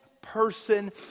person